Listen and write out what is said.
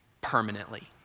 permanently